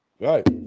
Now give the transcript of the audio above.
Right